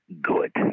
good